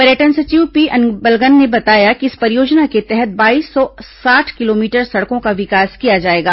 पर्यटन सचिव पी अन्बलगन ने बताया कि इस परियोजना के तहत बाईस सौ साठ किलोमीटर सड़कों का विकास किया जाएगा